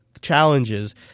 challenges